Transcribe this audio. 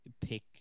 pick